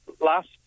Last